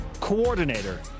Coordinator